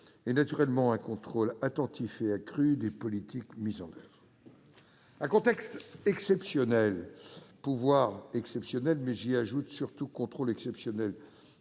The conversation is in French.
et, naturellement, un contrôle attentif et accru des politiques mises en oeuvre. À contexte exceptionnel, pouvoirs exceptionnels, mais aussi contrôle exceptionnel